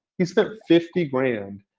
he spent fifty grand.